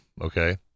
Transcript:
okay